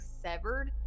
*Severed*